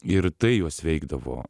ir tai juos veikdavo